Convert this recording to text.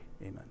Amen